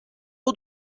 اون